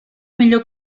millor